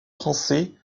français